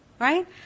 Right